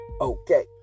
Okay